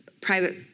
private